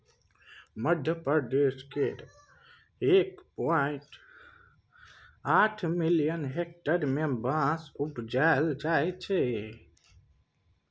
मध्यप्रदेश केर एक पॉइंट आठ मिलियन हेक्टेयर मे बाँस उपजाएल जाइ छै